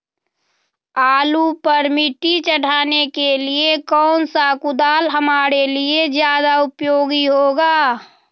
आलू पर मिट्टी चढ़ाने के लिए कौन सा कुदाल हमारे लिए ज्यादा उपयोगी होगा?